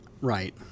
Right